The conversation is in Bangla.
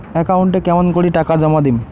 একাউন্টে কেমন করি টাকা জমা দিম?